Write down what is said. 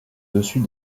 dessus